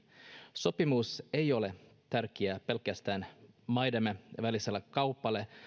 sopimus ei ole tärkeä pelkästään maidemme väliselle kaupalle